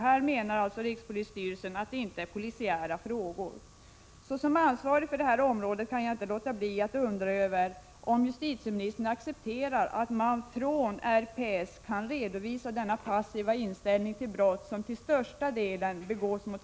Här menar alltså rikspolisstyrelsen att detta inte är polisiära frågor. Såsom ansvarig för det här området kan jag inte låta bli att undra över om justitieministern accepterar att man från rikspolisstyrelsen kan redovisa denna passiva inställning till brott som till största delen begås mot kvinnor. = Prot.